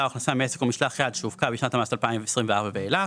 או הכנסה מעסק או משלח יד שהופקה בשנת המס 2024 ואילך.